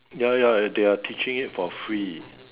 ya ya they are teaching it for free